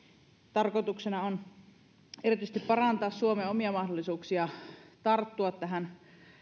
tarkoituksena on erityisesti parantaa suomen omia mahdollisuuksia tarttua tähän